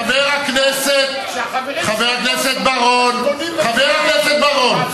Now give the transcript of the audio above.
חבר הכנסת בר-און,